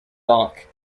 dock